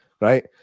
right